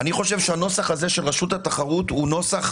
אני חושב שהנוסח הזה של רשות התחרות פגום,